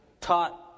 taught